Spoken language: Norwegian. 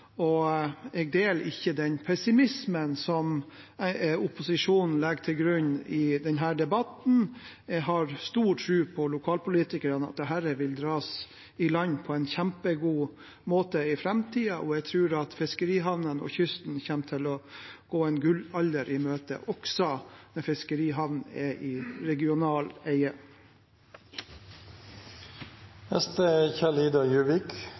og jeg deler ikke den pessimismen som opposisjonen legger til grunn i denne debatten. Jeg har stor tro på lokalpolitikerne og at dette vil dras i land på en kjempegod måte i framtiden. Jeg tror at fiskerihavnene og kysten kommer til å gå en gullalder i møte, også når fiskerihavnene er i